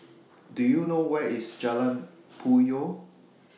Do YOU know Where IS Jalan Puyoh